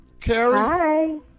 Carrie